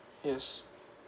yes